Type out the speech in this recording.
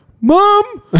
Mom